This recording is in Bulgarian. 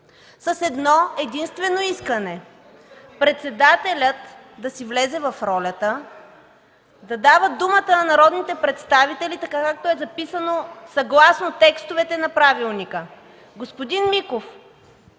с едно единствено искане – председателят да си влезе в ролята, да дава думата на народните представители, както е записано в текстовете на правилника. Господин Миков,